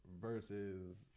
versus